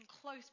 close